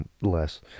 less